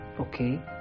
okay